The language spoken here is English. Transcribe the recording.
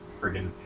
friggin